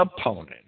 opponent